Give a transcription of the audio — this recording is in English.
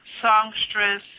songstress